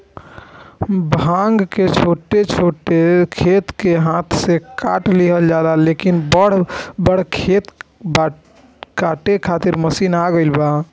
भांग के छोट छोट खेत के हाथे से काट लिहल जाला, लेकिन बड़ बड़ खेत काटे खातिर मशीन आ गईल बा